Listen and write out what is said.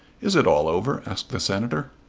is it all over? asked the senator.